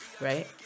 right